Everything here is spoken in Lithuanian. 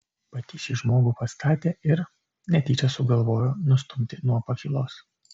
pati šį žmogų pastatė ir netyčia sugalvojo nustumti nuo pakylos